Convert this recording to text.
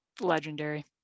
Legendary